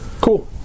Cool